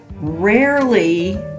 rarely